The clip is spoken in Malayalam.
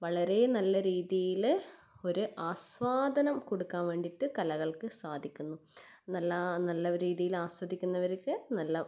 വളരെ നല്ല രീതിയിൽ ഒരു ആസ്വാദനം കൊടുക്കാൻ വേണ്ടിയിട്ട് കലകൾക്ക് സാധിക്കുന്നു നല്ല നല്ല രീതിയിൽ ആസ്വദിക്കുന്നവർക്ക് നല്ല